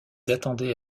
attendaient